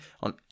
on